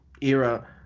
era